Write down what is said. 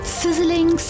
sizzling